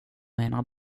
menar